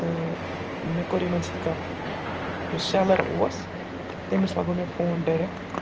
تہٕ مےٚ کوٚر یِمَن سۭتۍ کَتھ یُس سٮ۪لَر اوس تٔمِس لَگو مےٚ فون ڈٮ۪رٮ۪ک